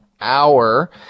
hour